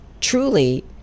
truly